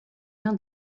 l’un